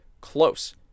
close